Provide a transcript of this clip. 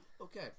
Okay